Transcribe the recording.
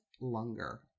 longer